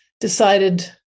decided